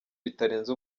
bitarenze